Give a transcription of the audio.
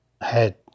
head